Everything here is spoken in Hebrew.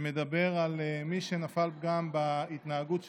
שמדבר על מי שנפל פגם בהתנהגות שלו.